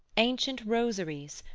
ancient rosaries,